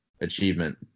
achievement